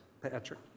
Patrick